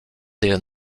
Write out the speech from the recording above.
des